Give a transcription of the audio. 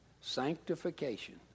Sanctification